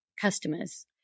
customers